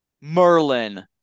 Merlin